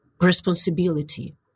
responsibility